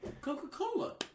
Coca-Cola